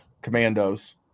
commandos